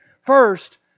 First